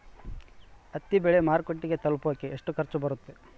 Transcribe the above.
ಹತ್ತಿ ಬೆಳೆ ಮಾರುಕಟ್ಟೆಗೆ ತಲುಪಕೆ ಎಷ್ಟು ಖರ್ಚು ಬರುತ್ತೆ?